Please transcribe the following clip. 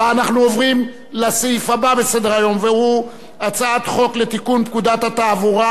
אני קובע שהצעת חוק לצמצום הגירעון ולהתמודדות